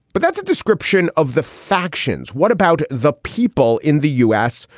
but that's a description of the factions. what about the people in the u s.